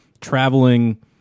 traveling